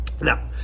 Now